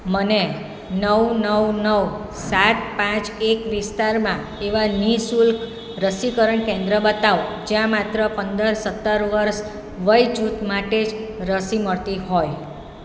મને નવ નવ નવ સાત પાંચ એક વિસ્તારમાં એવાં નિઃશુલ્ક રસીકરણ કેન્દ્ર બતાવો જ્યાં માત્ર પંદર સત્તર વર્ષ વય જૂથ માટે જ રસી મળતી હોય